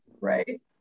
right